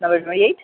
number twenty eight